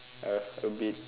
have a bit